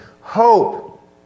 hope